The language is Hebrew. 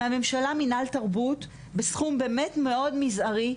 מהממשלה, מנהל תרבות, בסכום, באמת מאוד מזערי.